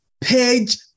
page